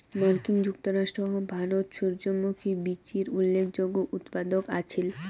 মার্কিন যুক্তরাষ্ট্র ও ভারত সূর্যমুখী বীচির উল্লেখযোগ্য উৎপাদক আছিল